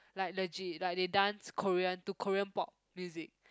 like legit like they dance Korean to Korean Pop music